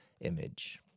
image